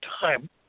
time